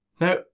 now